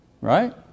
Right